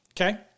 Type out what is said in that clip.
Okay